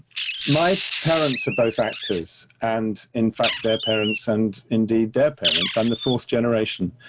my parents are both actors, and in fact, their parents and indeed their parents, i'm the fourth generation.